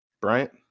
Bryant